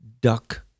Duck